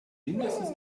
mindestens